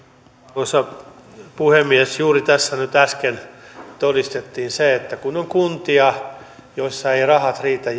arvoisa puhemies juuri tässä nyt äsken todistettiin se että kun on kuntia joissa eivät rahat riitä